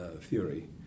Theory